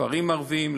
כפרים ערביים,